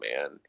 man